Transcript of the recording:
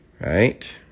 Right